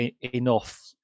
enough